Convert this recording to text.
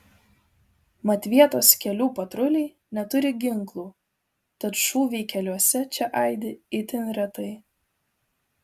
mat vietos kelių patruliai neturi ginklų tad šūviai keliuose čia aidi itin retai